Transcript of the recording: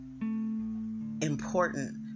important